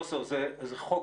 זהו.